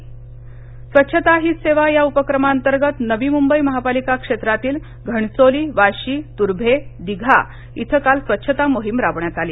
नवी मंबई स्वच्छता हीच सेवा या उपक्रमा अंतर्गत नवी मुंबई महापालिका क्षेत्रातील घणसोली वाशी तुर्भे दिघा इथं काल स्वच्छता मोहीम राबवण्यात आली